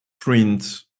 print